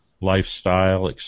lifestyle